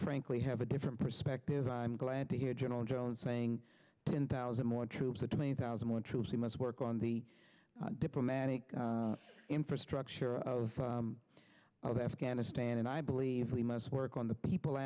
frankly have a different perspective i'm glad to hear general jones saying ten thousand more troops or twenty thousand more troops we must work on the diplomatic infrastructure of of afghanistan and i believe we must work on the people